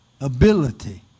ability